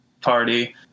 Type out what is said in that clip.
party